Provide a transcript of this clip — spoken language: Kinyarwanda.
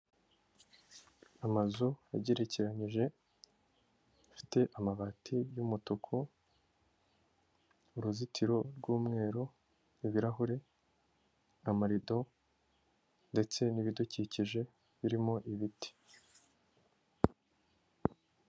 Amazu agerekeranije afite amabati y'umutuku, uruzitiro rw'umweru, ibirahure, amarido ndetse n'ibidukikije birimo ibiti.